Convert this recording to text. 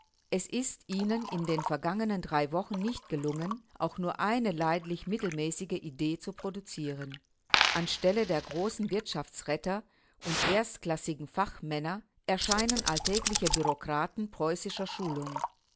es ist ihnen in den vergangenen drei wochen nicht gelungen auch nur eine leidlich mittelmäßige idee zu produzieren an stelle der großen wirtschaftsretter und erstklassigen fachmänner erscheinen alltägliche bureaukraten preußischer schulung